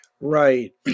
Right